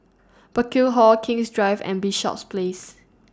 Burkill Hall King's Drive and Bishops Place